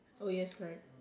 oh yes correct